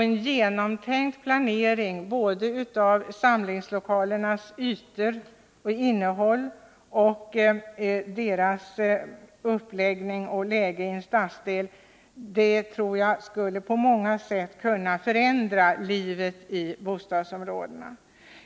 En genomtänkt planering av samlingslokalernas ytor och innehåll och deras uppläggning och läge i stadsdelen tror jag på många sätt skulle kunna förändra livet i bostadsområdena.